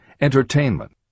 entertainment